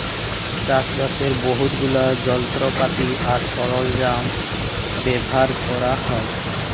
চাষবাসের বহুত গুলা যলত্রপাতি আর সরল্জাম ব্যাভার ক্যরা হ্যয়